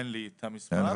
אין לי את המספר.